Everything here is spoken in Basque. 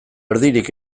erdirik